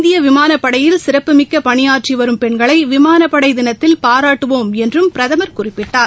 இந்திய விமானப்படையில் சிறப்புமிக்க பணியாற்றி வரும் பெண்களை விமானப்படை தினத்தில் பாராட்டுவோம் என்றும் பிரதமர் குறிபிட்டார்